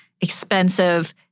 expensive